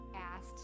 asked